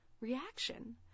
reaction